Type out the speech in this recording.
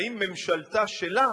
האם ממשלתה שלה,